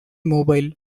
mobile